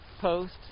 post